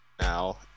now